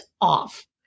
off